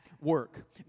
Work